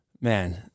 Man